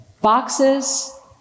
Boxes